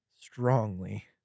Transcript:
strongly